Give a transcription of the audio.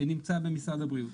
נמצא במשרד הבריאות.